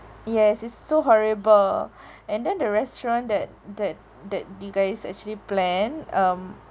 yes it's so horrible and then the restaurant that that that the guys actually plan um